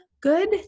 good